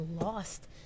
lost